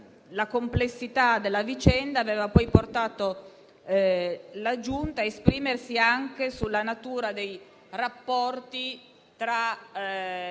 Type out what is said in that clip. la complessità della vicenda aveva portato la Giunta ad esprimersi anche sulla natura del rapporto tra